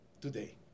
today